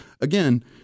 again